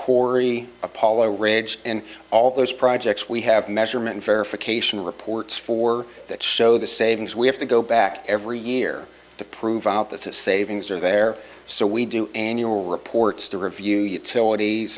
corey apollo ridge and all those projects we have measurement verification reports for that show the savings we have to go back every year to prove out that savings are there so we do annual reports to review utilities